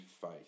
faith